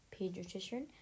pediatrician